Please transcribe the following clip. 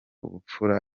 ubupfura